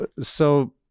So-